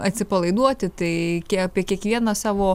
atsipalaiduoti tai apie kiekvieną savo